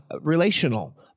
relational